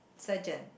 surgeon